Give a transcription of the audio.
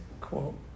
quote